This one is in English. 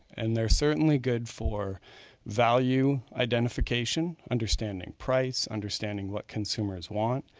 and they're certainly good for value identification, understanding price, understanding what consumers want,